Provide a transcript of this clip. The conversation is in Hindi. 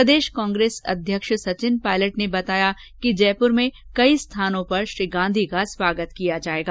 प्रदेश कांग्रेस अध्यक्ष सचिन पायलट ने बताया कि जयपुर में कई स्थानों पर श्री गांधी का स्वागत किया जाएगा